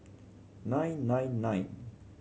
nine nine nine